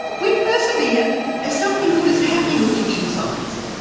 we persevere as something good is happening with kitchen science.